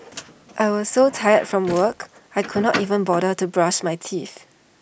I was so tired from work I could not even bother to brush my teeth